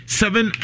seven